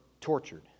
tortured